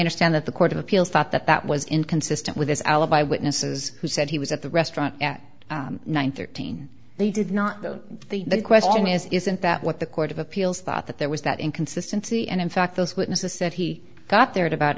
understand that the court of appeals thought that that was inconsistent with his alibi witnesses who said he was at the restaurant at nine thirteen they did not though the question is isn't that what the court of appeals thought that there was that inconsistency and in fact those witnesses said he got there at about